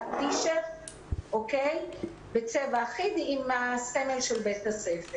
טי-שירט בצבע אחיד עם סמל בית הספר.